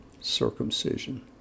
circumcision